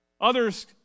Others